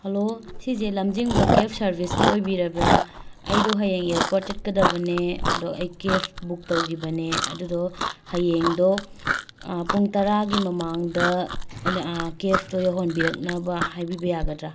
hello ꯁꯤꯁꯦ ꯂꯝꯖꯤꯡꯕ cab ꯁꯔꯕꯤꯁꯀꯤ ꯑꯣꯏꯕꯤꯔꯕ꯭ꯔꯥ ꯑꯩꯗꯣ ꯍꯌꯦꯡ ꯑꯦꯔꯄꯣꯠ ꯆꯠꯀꯗꯕꯅꯦ ꯑꯗꯣ ꯑꯩ ꯀꯦꯐ ꯕꯨꯛ ꯇꯧꯈꯤꯕꯅꯦ ꯑꯗꯨꯗꯣ ꯍꯌꯦꯡꯗꯣ ꯄꯨꯡ ꯇꯔꯥꯒꯤ ꯃꯃꯥꯡꯗ ꯑꯗ ꯀꯦꯐꯇꯣ ꯌꯧꯍꯟꯕꯤꯔꯛꯅꯕ ꯍꯥꯏꯕꯤꯕ ꯌꯥꯒꯗ꯭ꯔꯥ